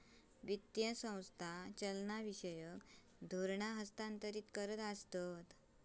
वित्तीय संस्था चालनाविषयक धोरणा हस्थांतरीत करतत